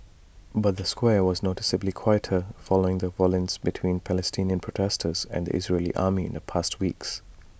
but the square was noticeably quieter following the violence between Palestinian protesters and the Israeli army in the past weeks